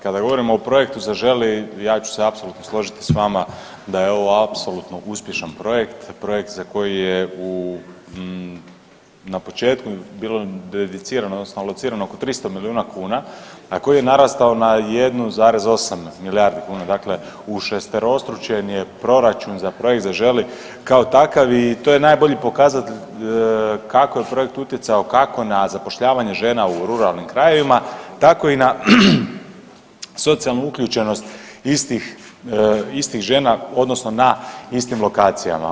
Kada govorimo o projektu Zaželi, ja ću se apsolutno složiti s vama da je ovo apsolutno uspješan projekt, projekt za koji je u, na početku bilo ... odnosno locirano oko 300 milijuna kuna, a koji je narastao na 1,8 milijardi kuna, dakle ušesterostručen je proračun za projekt Zaželi kao takav i to je najbolji pokazatelj kako je projekt utjecao, kako na zapošljavanje žena u ruralnim krajevima, tako i na socijalnu uključenost istih žena, odnosno na istim lokacijama.